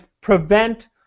prevent